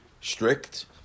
strict